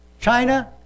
China